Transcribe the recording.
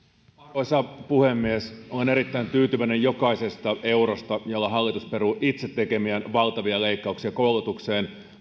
arvoisa puhemies olen erittäin tyytyväinen jokaisesta eurosta jolla hallitus peruu itse tekemiään valtavia leikkauksia koulutukseen